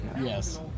Yes